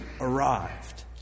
arrived